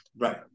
right